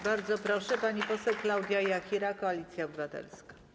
Bardzo proszę, pani poseł Klaudia Jachira, Koalicja Obywatelska.